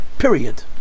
period